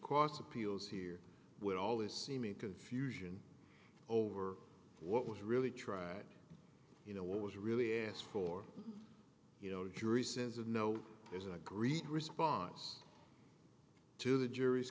costs appeals here with all this seeming confusion over what was really tried you know what was really asked for you know the jury says of no there's an agreed response to the jury's